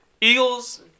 Eagles